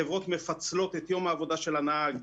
חברות מפצלות את יום העבודה של הנהג,